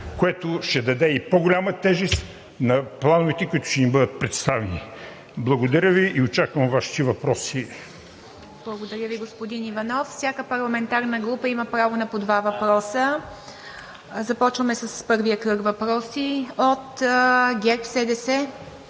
което ще даде и по-голяма тежест на плановете, които ще ни бъдат представени. Благодаря Ви и очаквам Вашите въпроси. ПРЕДСЕДАТЕЛ ИВА МИТЕВА: Благодаря Ви, господин Иванов. Всяка парламентарна група има право на по два въпроса. Започваме с първия кръг въпроси. От ГЕРБ-СДС